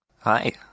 Hi